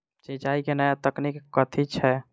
सिंचाई केँ नया तकनीक कथी छै?